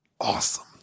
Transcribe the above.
Awesome